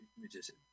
magician